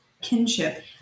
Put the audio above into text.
kinship